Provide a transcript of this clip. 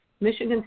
Michigan